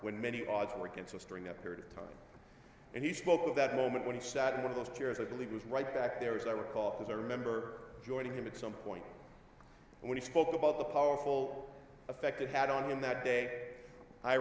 when many odds were against us during that period of time and he spoke of that moment when he sat in one of those chairs i believe was right back there as i recall as i remember joining him at some point when he spoke about the powerful effect it had on him that day i